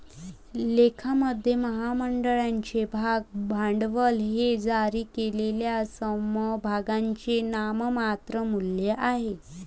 लेखामध्ये, महामंडळाचे भाग भांडवल हे जारी केलेल्या समभागांचे नाममात्र मूल्य आहे